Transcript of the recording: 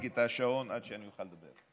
את השעון עד שאני אוכל לדבר.